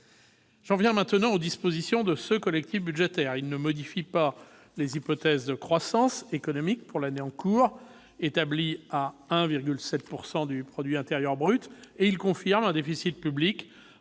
J'en viens maintenant aux dispositions de ce collectif budgétaire. Il ne modifie pas les hypothèses de croissance économique pour l'année en cours, établies à 1,7 % du produit intérieur brut. Il confirme un déficit public